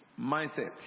mindset